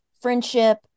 friendship